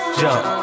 jump